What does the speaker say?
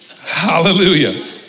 Hallelujah